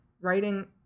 writing